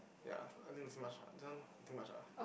ya I think it's too much ah this one too much ah